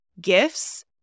Gifts